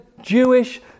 Jewish